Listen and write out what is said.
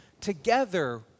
together